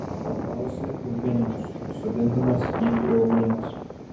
paklausė eugenijus sodindamas jį prie ugnies